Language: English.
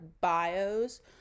bios